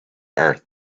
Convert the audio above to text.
earth